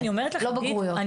לא בגרויות.